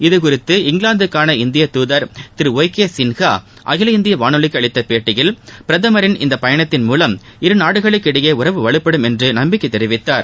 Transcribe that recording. இதுகுறித்து இங்கிலாந்துக்கான இந்திய துதர் திரு ஒய் கே சின்ஹா அகில இந்திய வானொலிக்கு அளித்தப் பேட்டியில் பிரதமரின் இந்த பயணத்தின் மூவம் இருநாடுகளுக்கு இடையே உறவு வலுப்படும் என்று நம்பிக்கை தெரிவித்தார்